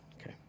Okay